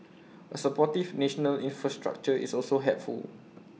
A supportive national infrastructure is also helpful